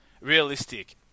Realistic